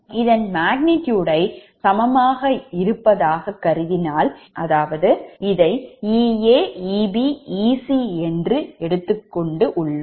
இதன் magnitude அனைத்தும் சமமாக இருப்பதால் இதை EaEbEc என்று எடுத்துக் கொண்டு உள்ளோம்